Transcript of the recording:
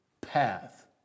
path